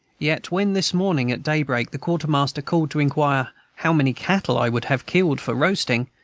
yet when, this morning at daybreak, the quartermaster called to inquire how many cattle i would have killed for roasting,